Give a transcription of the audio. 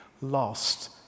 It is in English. lost